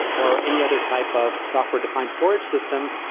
or any other type of software defined storage system,